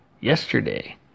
yesterday